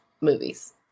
movies